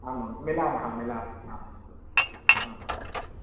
आम् आं मिलामः मिलामः आम् आम् आम् आम्